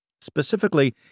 specifically